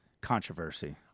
controversy